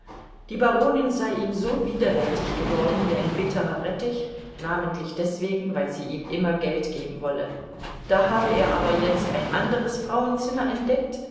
die baronin sei ihm so widerwärtig geworden wie ein bitterer rettich namentlich deswegen weil sie ihm immer geld geben wolle da habe er aber jetzt ein anderes frauenzimmer entdeckt